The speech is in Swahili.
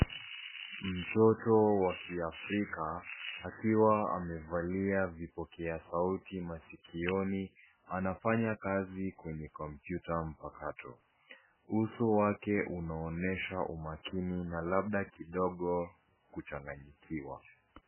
Mtoto wa kiafrika akiwa amevalia vipokea sauti masikioni anafanya kazi kwenye kompyuta mpakato. Uso wake unaonyesha umakini na labda kidogo kuchanganyikiwa.